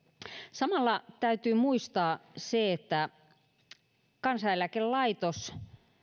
samalla täytyy muistaa se että kansaneläkelaitos